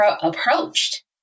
approached